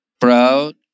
proud